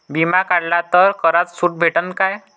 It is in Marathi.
बिमा काढला तर करात सूट भेटन काय?